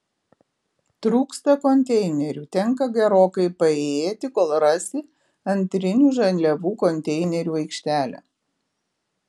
trūksta konteinerių tenka gerokai paėjėti kol rasi antrinių žaliavų konteinerių aikštelę